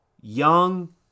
young